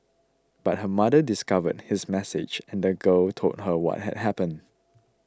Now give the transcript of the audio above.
but her mother discovered his message and the girl told her what had happened